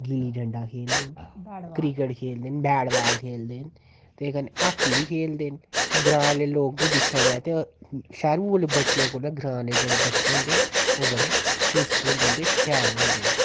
गिल्ली डंडा खेल्लदे न क्रिकेट खेल्लदे न बैट बॉल खेल्लदे न ते कन्नै हॉकी बी खेल्लदे न ते ग्रांऽ दे लोग बी दिक्खेआ जाए ते शामीं बेल्लै जेह्ड़े बच्चें कोला ग्रांऽ दे बच्चे होंदे न ते ओह् बड़े चुस्त होंदे ते शैल होंदे न